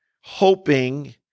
hoping